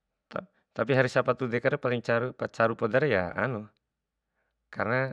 tapi hari sapatu dekare paling caru caru podare ya anu, karena.